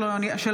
של